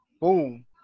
Boom